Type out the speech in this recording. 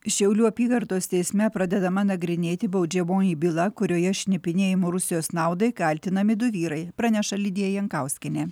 šiaulių apygardos teisme pradedama nagrinėti baudžiamoji byla kurioje šnipinėjimu rusijos naudai kaltinami du vyrai praneša lidija jankauskienė